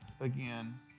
again